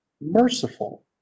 merciful